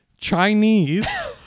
Chinese